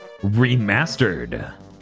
Remastered